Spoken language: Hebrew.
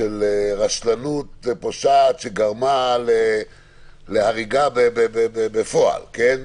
של רשלנות פושעת שגרמה להריגה בפועל, בגלל,